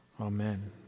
Amen